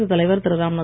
குடியரசுத் தலைவர் திரு